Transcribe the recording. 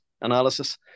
analysis